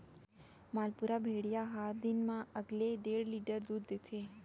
मालपुरा भेड़िया ह दिन म एकले डेढ़ लीटर दूद देथे